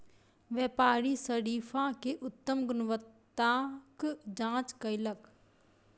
व्यापारी शरीफा के उत्तम गुणवत्ताक जांच कयलक